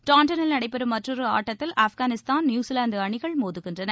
டாண்டனில் நடைபெறும் மற்றொரு ஆட்டத்தில் ஆப்கானிஸ்தான் நியூசிலாந்து அணிகள் மோதுகின்றன